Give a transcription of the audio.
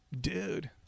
Dude